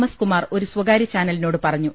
S Kumar ഒരു സ്ഥകാര്യ ചാനലിനോട് പറഞ്ഞു